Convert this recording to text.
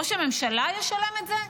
ראש הממשלה ישלם את זה?